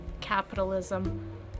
capitalism